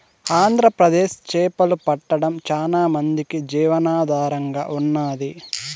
ఆంధ్రప్రదేశ్ చేపలు పట్టడం చానా మందికి జీవనాధారంగా ఉన్నాది